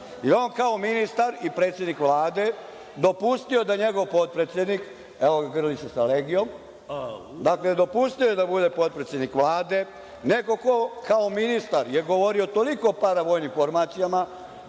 On je kao ministar i predsednik Vlade, dopustio da njegov potpredsednik, evo ga grli se sa Legijom, dakle, dopustio je da bude potpredsednik Vlade. Neko ko je kao ministar govorio o toliko paravojnim formacijama,